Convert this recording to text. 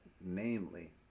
namely